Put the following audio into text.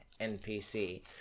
NPC